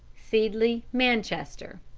seedley, manchester